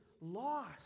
lost